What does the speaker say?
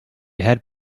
had